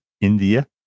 India